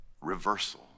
reversal